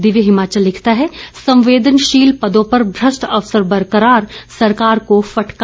दिव्य हिमाचल लिखता है संवेदनशील पदों पर भ्रष्ट अफसर बरकरार सरकार को फटकार